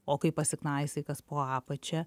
o kai pasiknaisai kas po apačia